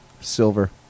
Silver